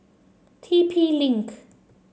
T P Link